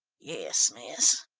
yes, miss.